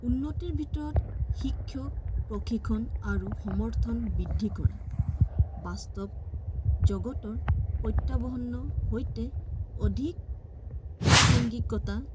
উন্নতিৰ ভিতৰত শিক্ষক প্ৰশিক্ষণ আৰু সমৰ্থন বৃদ্ধি কৰা বাস্তৱ জগতৰ প্ৰত্যাহ্বানৰ সৈতে অধিক প্ৰসংগিকতা